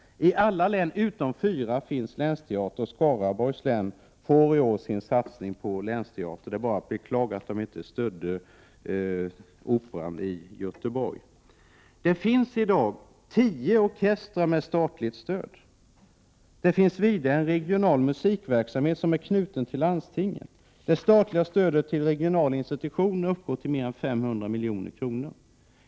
I alla län utom fyra finns länsteatrar, och Skaraborgs län får i år genomföra sin satsning på länsteater. Det är bara att beklaga att man där inte stödde Operan i Göteborg. Det finns i dag tio orkestrar med statligt stöd. Det finns vidare en regional musikverksamhet, som är knuten till landstingen. Det statliga stödet till regionala institutioner uppgår till mer än 500 milj.kr.